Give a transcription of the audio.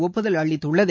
ஒப்புதல் அளித்துள்ளது